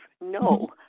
no